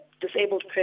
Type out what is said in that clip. disabled